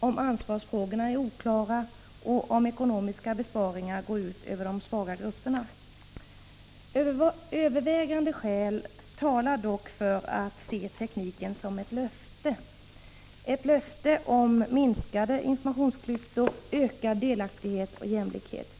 om ansvarsfrågorna är oklara och om ekonomiska besparingar går ut över de svaga grupperna. Övervägande skäl talar dock för att man bör se tekniken som ett löfte. Ett löfte om minskade informationsklyftor, ökad delaktighet och jämlikhet.